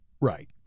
right